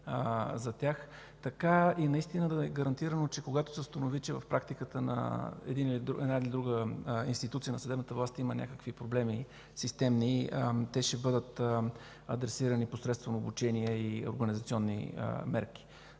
за тях, така и да е гарантирано, че когато се установи, че в практиката на една или друга институция на съдебната власт има някакви системни проблеми, те ще бъдат адресирани посредством обучение и организационни мерки.